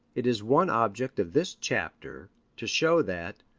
it is one object of this chapter to show that,